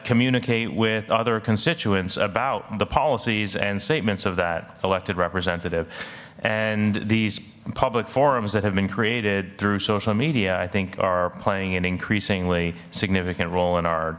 communicate with other constituents about the policies and statements of that elected representative and these public forums that have been created through social media i think are playing an increasingly significant role in our